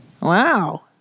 Wow